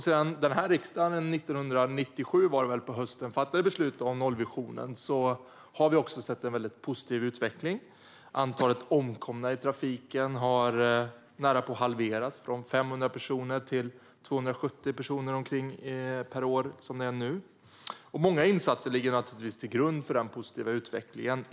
Sedan riksdagen hösten 1997 fattade beslut om nollvisionen har vi sett en väldigt positiv utveckling. Antalet omkomna i trafiken har närapå halverats från 500 personer till omkring 270 personer per år, som det är nu. Det är naturligtvis många insatser som ligger till grund för denna positiva utveckling.